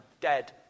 dead